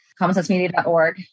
commonsensemedia.org